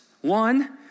one